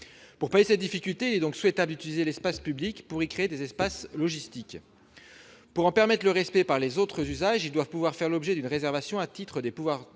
Pour pallier cette difficulté, il est donc souhaitable d'utiliser l'espace public pour y créer des espaces logistiques. Pour en permettre le respect par les autres usagers, ils doivent pouvoir faire l'objet d'une réservation au titre des pouvoirs